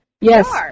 Yes